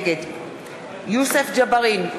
נגד יוסף ג'בארין,